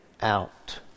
out